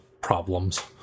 problems